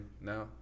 now